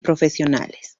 profesionales